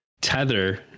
tether